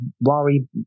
worry